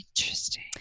Interesting